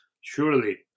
Surely